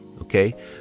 okay